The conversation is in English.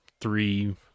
three